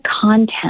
content